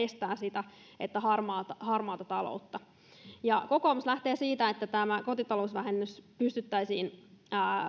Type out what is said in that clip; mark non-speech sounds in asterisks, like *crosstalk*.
*unintelligible* estää harmaata harmaata taloutta ja kokoomus lähtee siitä että tämä kotitalousvähennys pystyttäisiin